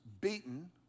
beaten